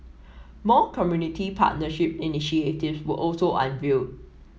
more community partnership initiatives were also unveiled